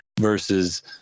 versus